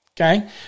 Okay